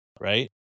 right